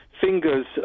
fingers